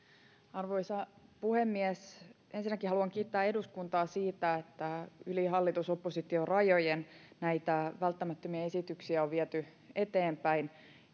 arvoisa puhemies ensinnäkin haluan kiittää eduskuntaa siitä että yli hallitus oppositio rajojen näitä välttämättömiä esityksiä on viety eteenpäin